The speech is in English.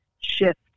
shift